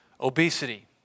obesity